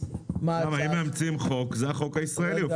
אם מאמצים חוק, זה הופך להיות החוק הישראלי.